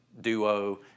duo